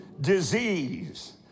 Disease